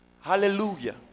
Hallelujah